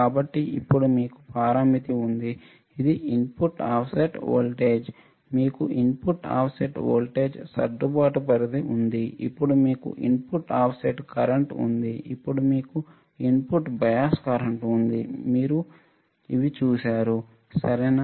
కాబట్టి ఇప్పుడు మీకు పారామితి ఉంది ఇది ఇన్పుట్ ఆఫ్సెట్ వోల్టేజ్ మీకు ఇన్పుట్ ఆఫ్సెట్ వోల్టేజ్ సర్దుబాటు పరిధి ఉంది ఇప్పుడు మీకు ఇన్పుట్ ఆఫ్సెట్ కరెంట్ ఉంది ఇప్పుడు మీకు ఇన్పుట్ బయాస్ కరెంట్ ఉంది ఇవి మీరు చూశారు సరేనా